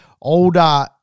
older